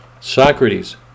Socrates